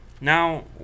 Now